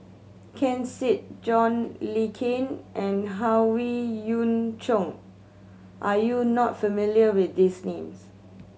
Ken Seet John Le Cain and Howe Yoon Chong are you not familiar with these names